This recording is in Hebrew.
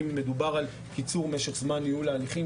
אם מדובר על קיצור משך זמן ניהול ההליכים,